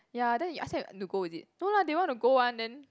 ya then you ask them to go is it no lah they want to go one then